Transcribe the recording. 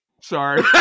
sorry